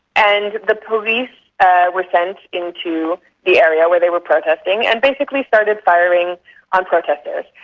and the police were sent into the area where they were protesting and basically started firing on protesters.